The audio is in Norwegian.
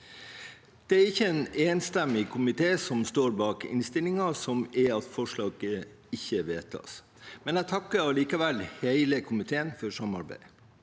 Det er ikke en enstemmig komité som står bak innstillingen, som er at forslaget ikke vedtas. Jeg takker allikevel hele komiteen for samarbeidet.